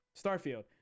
starfield